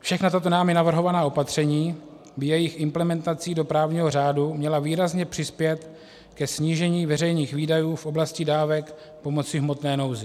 Všechna tato námi navrhovaná opatření by jejich implementací do právního řádu měla výrazně přispět ke snížení veřejných výdajů v oblasti dávek pomoci v hmotné nouzi.